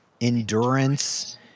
endurance